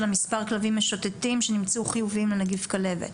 מספר הכלבים המשוטטים שנמצאו חיובים לנגיף הכלבת.